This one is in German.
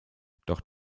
doch